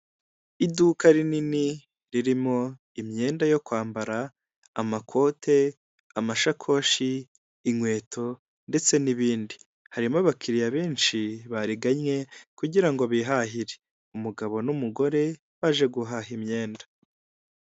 Umuhanda w'umukara aho uganisha ku bitaro byitwa Sehashiyibe, biri mu karere ka Huye, aho hahagaze umuntu uhagarika imodoka kugirango babanze basuzume icyo uje uhakora, hakaba hari imodoka nyinshi ziparitse.